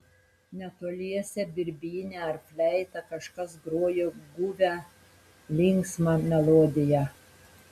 netoliese birbyne ar fleita kažkas grojo guvią linksmą melodiją